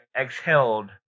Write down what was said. exhaled